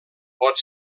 pot